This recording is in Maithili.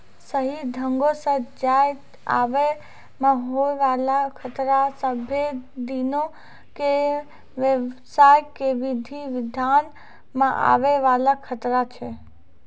सही ढंगो से जाय आवै मे होय बाला खतरा सभ्भे दिनो के व्यवसाय के विधि विधान मे आवै वाला खतरा छै